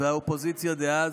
והאופוזיציה דאז.